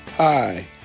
Hi